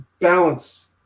balance